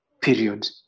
period